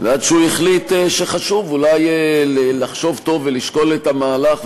עד שהוא החליט שחשוב אולי לחשוב טוב ולשקול את המהלך,